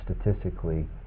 statistically